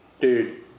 dude